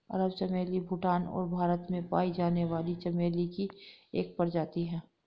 अरब चमेली भूटान और भारत में पाई जाने वाली चमेली की एक प्रजाति है